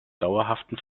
dauerhaften